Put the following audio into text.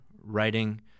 writing